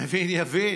והמבין יבין.